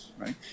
Right